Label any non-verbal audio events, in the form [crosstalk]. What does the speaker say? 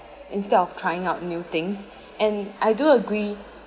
instead of trying out new things [breath] and I do agree